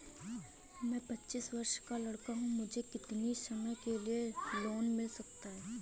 मैं पच्चीस वर्ष का लड़का हूँ मुझे कितनी समय के लिए लोन मिल सकता है?